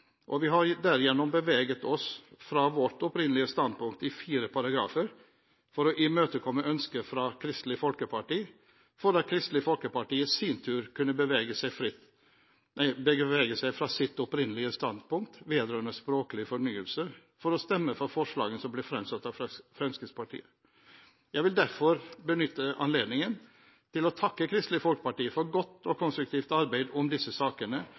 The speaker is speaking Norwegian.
og vi har derigjennom beveget oss fra vårt opprinnelige standpunkt i fire paragrafer for å imøtekomme ønsker fra Kristelig Folkeparti, for at Kristelig Folkeparti i sin tur kunne bevege seg fra sitt opprinnelige standpunkt vedrørende språklig fornyelse for å stemme for forslagene som ble fremsatt av Fremskrittspartiet. Jeg vil derfor benytte anledningen til å takke Kristelig Folkeparti for godt og konstruktivt samarbeid om disse sakene,